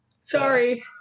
Sorry